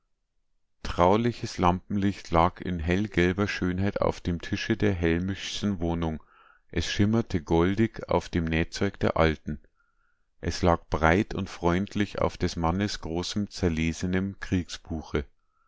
trauliches lampenlicht lag in hellgelber schönheit auf dem tische der hellmichschen wohnung es schimmerte goldig auf dem nähzeug der alten es lag breit und freundlich auf des mannes großem zerlesenem